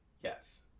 Yes